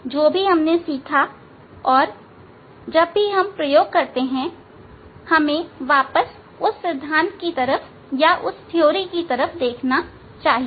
जो भी हमने सीखा और जब हम प्रयोग कर रहे हैं हमें वापस उस सिद्धांत की तरफ देखना चाहिए